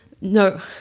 No